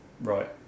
right